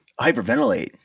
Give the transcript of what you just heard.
hyperventilate